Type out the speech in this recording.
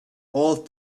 all